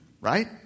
right